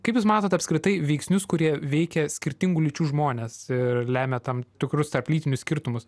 kaip jūs matot apskritai veiksnius kurie veikia skirtingų lyčių žmones ir lemia tam tikrus tarplytinius skirtumus